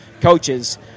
coaches